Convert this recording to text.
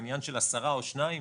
עניין העשרה או שניים